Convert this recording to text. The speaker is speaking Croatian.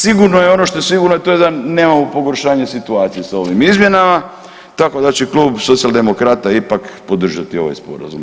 Sigurno je ono što je sigurno, to je da nemamo pogoršanje situacije s ovim izmjenama, tako da će Klub socijaldemokrata ipak podržati ovaj Sporazum.